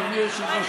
אדוני היושב-ראש,